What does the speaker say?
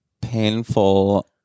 Painful